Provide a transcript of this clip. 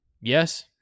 Yes